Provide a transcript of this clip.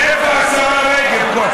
ואיפה השרה רגב פה?